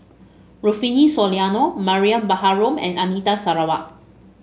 Rufino Soliano Mariam Baharom and Anita Sarawak